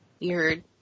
Weird